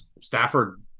Stafford